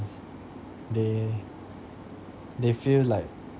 they they feel like